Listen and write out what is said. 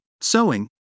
sewing